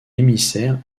émissaire